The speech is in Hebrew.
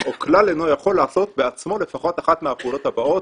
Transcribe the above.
או כלל אינו יכול לעשות בעצמו לפחות אחת מהפעולות הבאות,